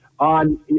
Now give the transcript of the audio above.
on